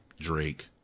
drake